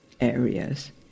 areas